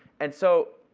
and so,